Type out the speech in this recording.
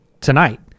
tonight